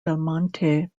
belmonte